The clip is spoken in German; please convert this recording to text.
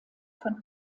von